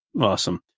Awesome